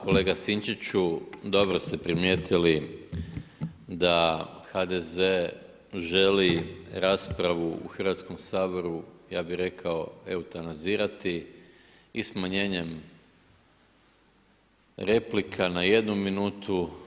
Kolega Sinčiću, dobro ste primijetili da HDZ želi raspravu u Hrvatskom saboru ja bih rekao eutanazirati i smanjenjem replika na jednu minutu.